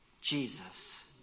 Jesus